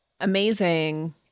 amazing